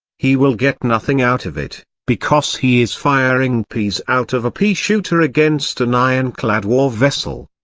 he will get nothing out of it, because he is firing peas out of a pea-shooter against an iron-clad war vessel.